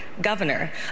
Governor